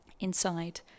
inside